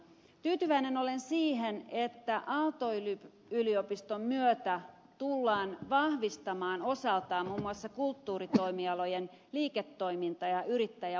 tyytyväinen olen siihen että aalto yliopiston myötä tullaan vahvistamaan osaltaan muun muassa kulttuuritoimialojen liiketoiminta ja yrit täjäosaamista